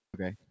okay